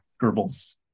Goebbels